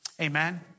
amen